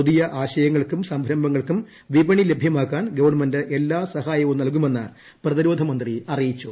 പുതിയ ആശയങ്ങൾക്കും സംരംഭങ്ങൾക്കും വിപ്ണി ലഭ്യമാക്കാൻ ഗവൺമെന്റ് എല്ലാ സഹായവും നൽകുമെന്ന് പ്രതിരോധ മന്ത്രി അറിയിച്ചു